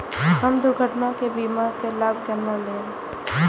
हम दुर्घटना के बीमा के लाभ केना लैब?